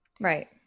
Right